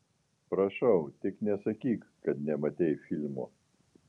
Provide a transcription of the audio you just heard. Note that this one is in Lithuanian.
prašau tik nesakyk kad nematei filmo